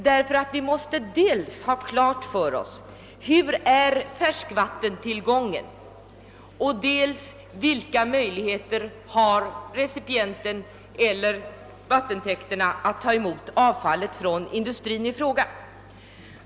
Då måste vi ha klart för oss dels hurudan färskvattentillgången är, dels vilka möjligheter recipienten eller vattentäkterna har att ta emot avfallet från industrin i fråga.